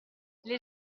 les